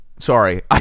Sorry